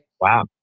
wow